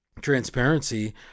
transparency